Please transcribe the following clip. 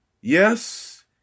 Yes